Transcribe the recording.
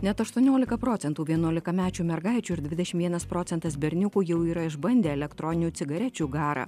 net aštuoniolika procentų vienuolikamečių mergaičių ir dvidešim vienas procentas berniukų jau yra išbandę elektroninių cigarečių garą